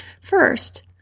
First